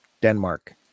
Denmark